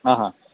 हा हा